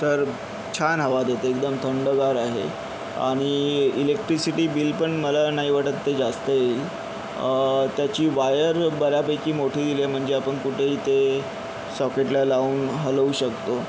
तर छान हवा देते एकदम थंडगार आहे आणि इलेक्ट्रिसिटी बिल पण मला नाही वाटत ते जास्त येईल त्याची वायर बऱ्यापैकी मोठी दिली आहे म्हणजे आपण कुठेही ते सॉकेटला लावून हलवू शकतो